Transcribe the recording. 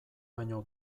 baino